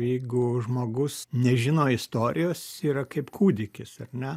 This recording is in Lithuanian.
jeigu žmogus nežino istorijos yra kaip kūdikis ar ne